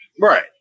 Right